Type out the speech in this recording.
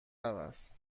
است